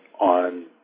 on